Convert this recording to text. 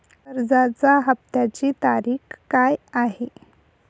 कर्जाचा हफ्त्याची तारीख काय आहे?